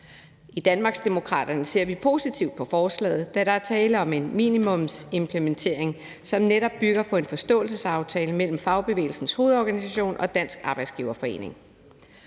I Danmarksdemokraterne ser vi positivt på forslaget, da der er tale om en minimumsimplementering, som netop bygger på en forståelsesaftale mellem Fagbevægelsens Hovedorganisation og Dansk Arbejdsgiverforening.